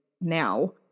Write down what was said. now